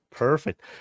perfect